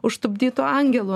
užtupdytu angelu